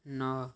ନଅ